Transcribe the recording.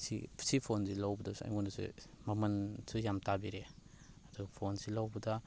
ꯁꯤ ꯁꯤ ꯐꯣꯟꯁꯤ ꯂꯧꯕꯗꯁꯨ ꯑꯩꯉꯣꯟꯗꯁꯨ ꯃꯃꯟꯁꯨ ꯌꯥꯝ ꯇꯥꯕꯤꯔꯛꯑꯦ ꯑꯗꯣ ꯐꯣꯟꯁꯤ ꯂꯧꯕꯗ